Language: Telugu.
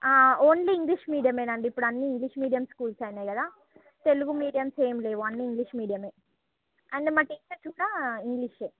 ఓన్లీ ఇంగ్లీషు మీడియమే అండి ఇప్పుడన్నీ ఇంగ్లీష్ మీడియం స్కూల్స్ అయినాయి కదా తెలుగు మీడియంసు ఏమి లేవు అన్ని ఇంగ్లీష్ మీడియమే అండ్ మా టీచర్స్ కూడా ఇంగ్లీషే